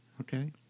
Okay